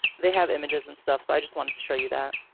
they have images and stuff, so i just wanted to show you that.